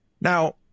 Now